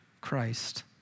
Christ